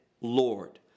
lord